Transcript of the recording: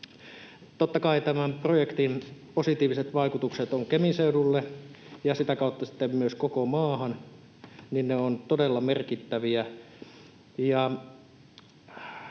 Totta kai tämän projektin positiiviset vaikutukset ovat Kemin seudulle ja sitä kautta sitten myös koko maahan todella merkittäviä,